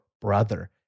brother